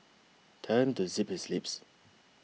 tell him to zip his lips